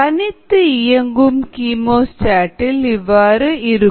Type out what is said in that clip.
தனித்து இயங்கும் கீமோஸ்டாட் இல் இவ்வாறு இருக்கும்